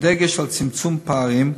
בדגש על צמצום פערים,